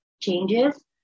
changes